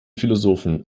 philosophen